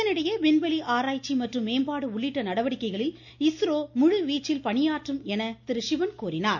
இதனிடையே விண்வெளி ஆராய்ச்சி மற்றும் மேம்பாடு உள்ளிட்ட நடவடிக்கைகளில் இஸ்ரோ முழு வீச்சில் பணியாற்றும் என்றும் எடுத்துரைத்தார்